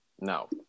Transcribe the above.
no